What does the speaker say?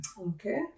Okay